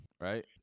right